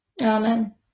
Amen